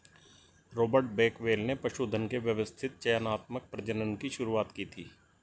Robert Bakewell ने पशुधन के व्यवस्थित चयनात्मक प्रजनन की शुरुआत की थी